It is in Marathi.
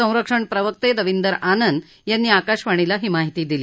संरक्षण प्रवक्ते दविन्दर आनंद यांनी आकाशवाणीला ही माहिती दिली